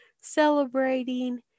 celebrating